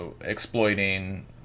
exploiting